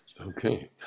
Okay